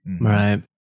Right